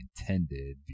intended